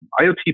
IoT